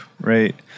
right